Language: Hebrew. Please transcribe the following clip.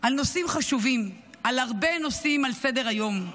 על נושאים חשובים, על הרבה נושאים על סדר-היום,